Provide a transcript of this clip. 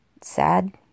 Sad